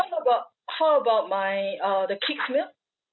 how about how about my uh the kid's meal